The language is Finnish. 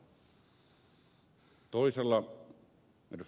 toisella ed